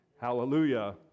Hallelujah